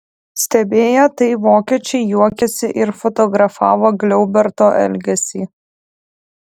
stebėję tai vokiečiai juokėsi ir fotografavo gliauberto elgesį